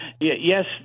Yes